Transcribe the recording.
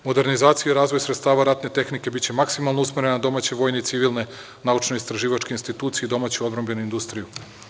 Modernizacija i razvoj sredstava ratne tehnike biće maksimalno usmerena na domaće vojne i civilne naučno-istraživačke institucije i domaću odbrambenu industriju.